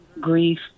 grief